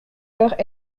heures